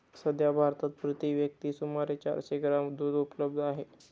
सध्या भारतात प्रति व्यक्ती सुमारे चारशे ग्रॅम दूध उपलब्ध आहे